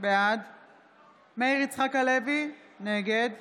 בעד מאיר יצחק הלוי, נגד